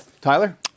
Tyler